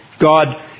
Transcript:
God